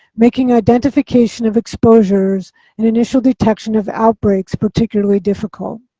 making identification of exposures and initial detection of outbreaks particularly difficult.